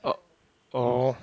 oh orh